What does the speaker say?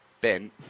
Ben